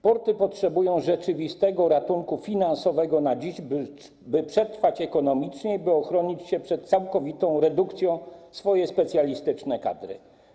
Porty potrzebują rzeczywistego ratunku finansowego na dziś, by przetrwać ekonomicznie i ochronić przed całkowitą redukcją swoje specjalistyczne kadry.